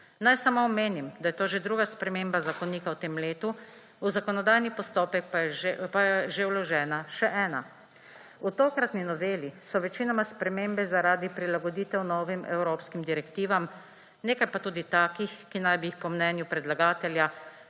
Naj samo omenim, da je to že druga sprememba zakonika v tem letu, v zakonodajni postopek pa je že vložena še ena. V tokratni noveli so večinoma spremembe zaradi prilagoditev novim evropskim direktivam, nekaj pa je tudi takih, ki naj bi jih po mnenju predlagatelja